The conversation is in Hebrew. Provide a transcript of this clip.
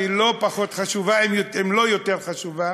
והיא לא פחות חשובה אם לא יותר חשובה,